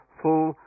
full